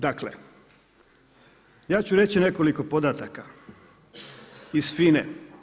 Dakle, ja ću reći nekoliko podataka iz FINA-e.